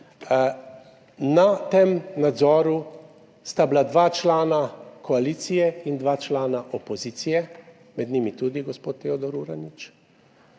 Na tem nadzoru sta bila dva člana koalicije in dva člana opozicije, med njimi tudi gospod Teodor Uranič,